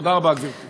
תודה רבה, גברתי.